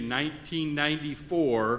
1994